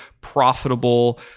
profitable